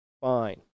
fine